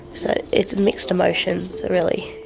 so it's mixed emotions really.